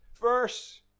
verse